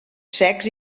secs